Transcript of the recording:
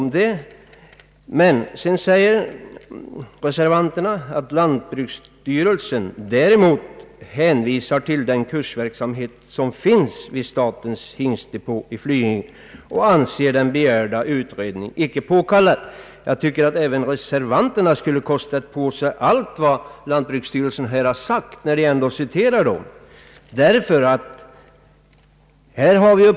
Därefter säger emellertid reservanterna: »Lantbruksstyrelsen däremot hänvisar till den kursverksamhet som finns vid statens hingstdepå i Flyinge och anser att den begärda utredningen inte är påkallad.» Jag tycker att reservanterna skulle kostat på sig att ta med allt vad lantbruksstyrelsen anfört, när de ändå citerar den.